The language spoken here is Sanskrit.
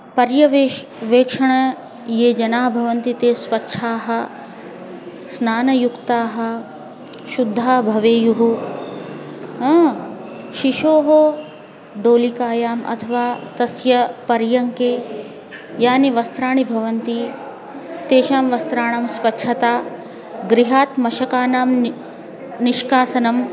पर्यवेक्षण ये जनाः भवन्ति ते स्वच्छाः स्नानयुक्ताः शुद्धाः भवेयुः शिशोः दोलिकायाम् अथवा तस्य पर्यङ्के यानि वस्त्राणि भवन्ति तेषां वस्त्राणां स्वच्छता गृहात् मशकानां नि निष्कासनम्